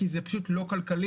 כי זה פשוט לא כלכלי